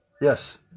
Yes